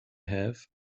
have